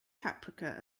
paprika